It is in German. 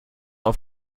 auf